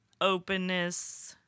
openness